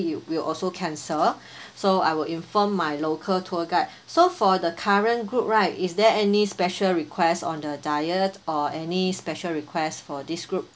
it will also cancel so I will inform my local tour guide so for the current group right is there any special requests on the diet or any special requests for this group